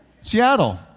Seattle